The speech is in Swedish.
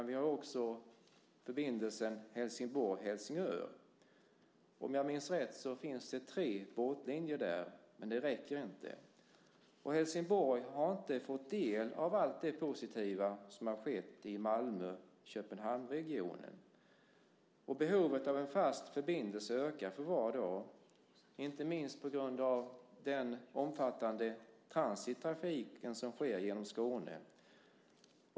Vi har också förbindelsen Helsingborg-Helsingör. Om jag minns rätt finns där tre båtlinjer. Men det räcker inte. Helsingborg har inte fått del av allt det positiva i Malmö-Köpenhamns-regionen. Behovet av en fast förbindelse ökar för var dag, inte minst på grund av den omfattande transittrafik som sker genom Skåne.